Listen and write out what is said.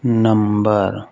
number